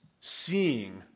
seeing